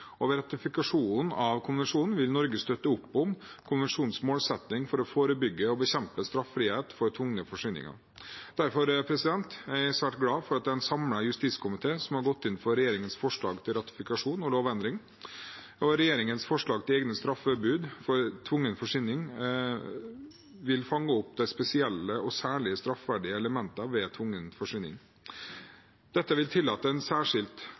Ved ratifikasjonen av konvensjonen vil Norge støtte opp om konvensjonens målsetting om å forebygge og bekjempe straffrihet for tvungne forsvinninger. Derfor er jeg svært glad for at det er en samlet justiskomité som har gått inn for regjeringens forslag til ratifikasjon og lovendring. Regjeringens forslag til egne straffebud for tvungen forsvinning vil fange opp de spesielle og særlig straffverdige elementene ved tvungen forsvinning. Dette vil tillate en særskilt